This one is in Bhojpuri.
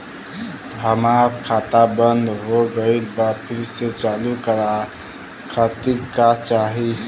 हमार खाता बंद हो गइल बा फिर से चालू करा खातिर का चाही?